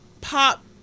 pop